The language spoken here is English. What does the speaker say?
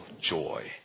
joy